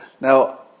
Now